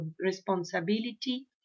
responsibility